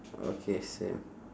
okay same